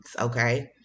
okay